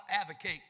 advocate